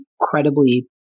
incredibly